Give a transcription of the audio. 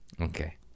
okay